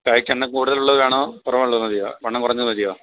കായിക്ക് വണ്ണം കൂടുതൽ ഉള്ളത് വേണോ കുറവുള്ളത് മതിയോ വണ്ണം കുറഞ്ഞത് മതിയോ